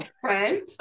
friend